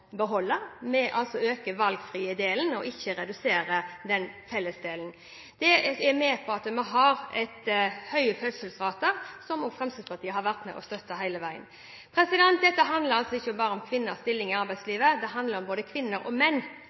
vi har høye fødselsrater, som også Fremskrittspartiet har vært med og støttet hele veien. Dette handler ikke bare om kvinners stilling i arbeidslivet, det handler om både kvinner og menn.